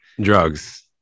drugs